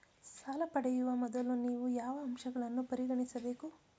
ಸಾಲ ಪಡೆಯುವ ಮೊದಲು ನೀವು ಯಾವ ಅಂಶಗಳನ್ನು ಪರಿಗಣಿಸಬೇಕು?